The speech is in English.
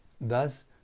Thus